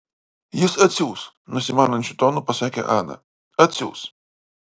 jis atsiųs nusimanančiu tonu pasakė ana atsiųs